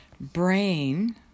brain